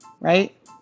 right